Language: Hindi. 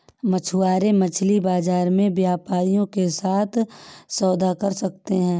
मछुआरे मछली बाजार में व्यापारियों के साथ सौदा कर सकते हैं